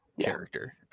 Character